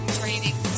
training